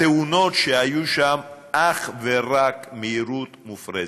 התאונות שהיו שם, אך ורק מהירות מופרזת.